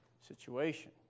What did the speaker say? situation